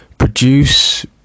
produce